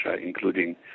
including